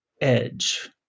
edge